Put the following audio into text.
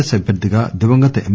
yes అభ్యర్దిగా దివంగత ఎమ్